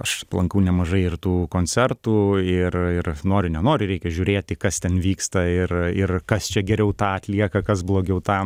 aš lankau nemažai ir tų koncertų ir ir nori nenori reikia žiūrėti kas ten vyksta ir ir kas čia geriau tą atlieka kas blogiau tą